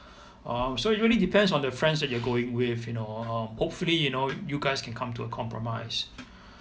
um so it really depends on the friends that you're going with you know um hopefully you know you guys can come to a compromise